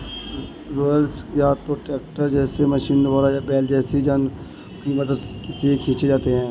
rollers या तो tractor जैसे मशीनों द्वारा या बैल जैसे जानवरों की मदद से खींचे जाते हैं